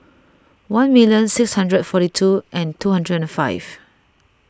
one million six hundred forty two and two hundred and five